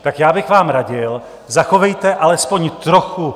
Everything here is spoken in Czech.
Tak já bych vám radil, zachovejte alespoň trochu...